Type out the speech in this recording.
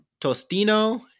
Tostino